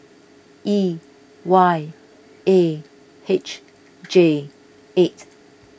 E Y A H J eight